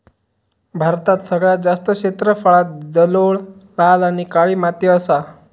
भारतात सगळ्यात जास्त क्षेत्रफळांत जलोळ, लाल आणि काळी माती असा